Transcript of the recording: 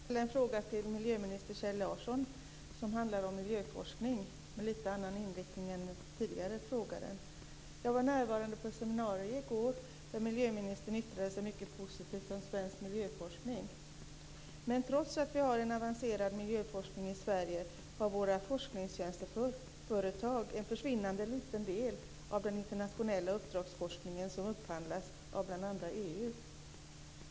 Fru talman! Jag skulle vilja ställa en fråga till miljöminister Kjell Larsson som handlar om miljöforskning, med lite annan inriktning än den tidigare frågan. Jag var närvarande på ett seminarium i går där miljöministern yttrade sig mycket positivt om svensk miljöforskning. Men trots att vi har en avancerad miljöforskning i Sverige får våra forskningstjänsteföretag en försvinnande liten del av den internationella uppdragsforskning som upphandlas av bl.a. EU.